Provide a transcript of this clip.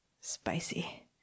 spicy